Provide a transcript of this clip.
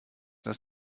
das